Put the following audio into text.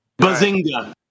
Bazinga